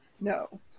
no